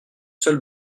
seul